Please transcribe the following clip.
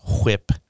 whip